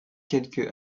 quelques